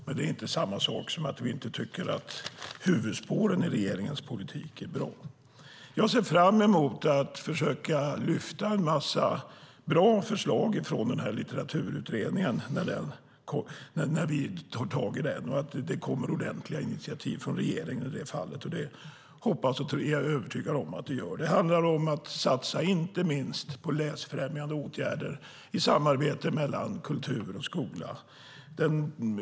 Det är dock inte samma sak som att vi inte tycker att huvudspåren i regeringens politik är bra. Jag ser fram emot att försöka lyfta upp en massa bra förslag från Litteraturutredningen när vi tar tag i den och att det kommer ordentliga initiativ från regeringen i det fallet, vilket jag är övertygad om att det gör. Det handlar om att satsa inte minst på läsfrämjande åtgärder i samarbete mellan kultur och skola.